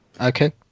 Okay